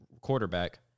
quarterback